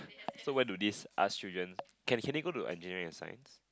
so where do these Art stream students can they go to Engineering Science